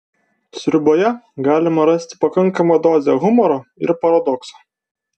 sriuboje galima rasti pakankamą dozę humoro ir paradokso